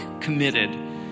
committed